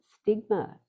stigma